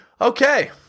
Okay